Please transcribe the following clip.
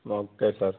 okay sir